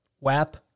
WAP